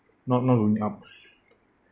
not not going up